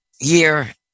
year